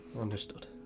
Understood